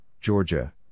Georgia